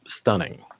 stunning